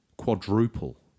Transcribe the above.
quadruple